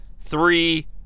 three